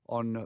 on